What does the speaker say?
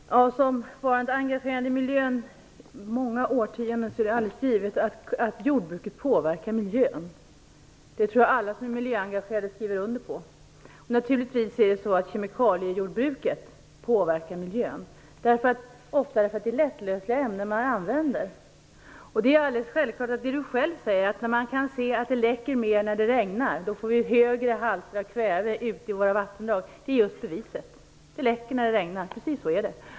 Fru talman! Om man har varit engagerad i miljön i många årtionden finner man det alldeles givet att jordbruket påverkar miljön. Det tror jag att alla som är miljöengagerade skriver under på. Naturligtvis påverkar kemikaliejordbruket miljön. Det är ofta lättlösliga ämnen som används. Det Peter Weibull Bernström säger om att man kan se att det läcker mer när det regnar och att vi då får högre halter av kväve i våra vattendrag är alldeles självklart. Just det är beviset. Det läcker när det regnar. Precis så är det.